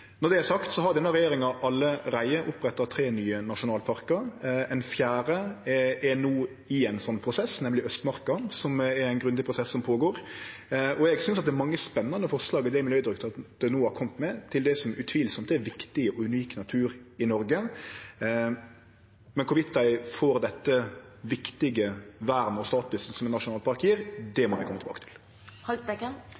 Når det er sagt, har denne regjeringa allereie oppretta tre nye nasjonalparkar. Ein fjerde er no i ein slik prosess, nemleg Østmarka, som er ein grundig prosess som er i gang. Eg synest det er mange spennande forslag i det Miljødirektoratet no har kome med, med omsyn til det som utvilsamt er viktig og unik natur i Noreg. Men om dei får dette viktige vernet og statusen som ein nasjonalpark